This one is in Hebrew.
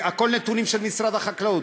הכול נתונים של משרד החקלאות,